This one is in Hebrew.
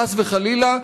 חס וחלילה,